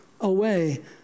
away